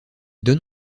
donne